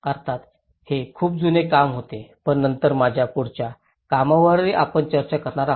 अर्थात हे खूप जुने काम होते पण नंतर माझ्या पुढच्या कामावरही आपण चर्चा करणार आहोत